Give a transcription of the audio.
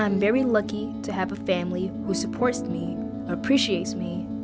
i'm very lucky to have a family who supports me appreciates me